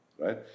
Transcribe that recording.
right